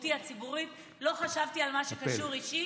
ובשליחותי הציבורית לא חשבתי על מה שקשור לי אישית.